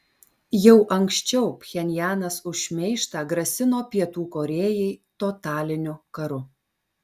jau anksčiau pchenjanas už šmeižtą grasino pietų korėjai totaliniu karu